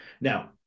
Now